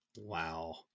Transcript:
Wow